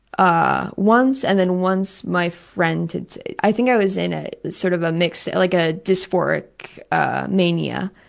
ah once, and then once my friend i think i was in ah sort of a mixed, like a dysphoric mania,